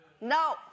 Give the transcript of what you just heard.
No